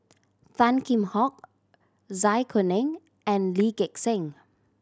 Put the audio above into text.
Tan Kheam Hock Zai Kuning and Lee Gek Seng